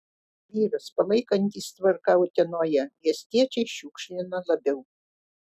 vyras palaikantis tvarką utenoje miestiečiai šiukšlina labiau